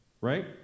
Right